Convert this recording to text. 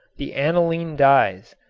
the aniline dyes.